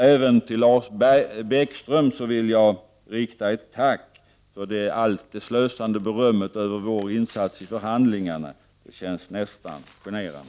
Även till Lars Bäckström vill jag rikta ett tack för det alltför slösande berömmet över vår insats i förhandlingarna. Det känns nästan genant.